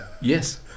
Yes